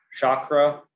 chakra